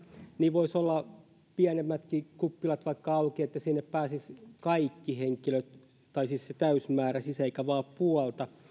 voisi vaikka olla pienemmätkin kuppilat auki niin että sinne pääsisivät kaikki henkilöt siis se täysi määrä eikä vain puolta